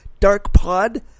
DARKPOD